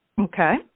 Okay